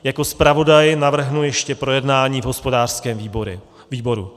Jako zpravodaj navrhnu ještě projednání v hospodářském výboru.